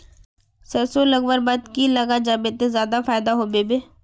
सरसों कटवार बाद की लगा जाहा बे ते ज्यादा फायदा होबे बे?